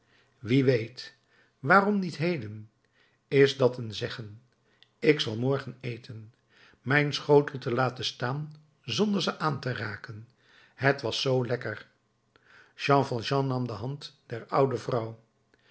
wie weet waarom niet heden is dat een zeggen ik zal morgen eten mijn schotel te laten staan zonder ze aan te raken het was zoo lekker jean valjean nam de hand der oude vrouw